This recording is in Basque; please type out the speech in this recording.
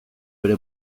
bere